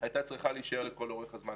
אני קניתי נכנסים בשביל למכור אותם